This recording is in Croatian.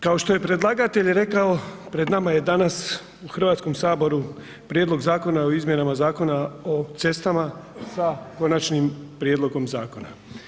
Kao što je predlagatelj pred nama je danas u Hrvatskom saboru Prijedlog zakona o izmjenama Zakona o cestama, s Konačnim prijedlogom zakona.